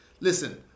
Listen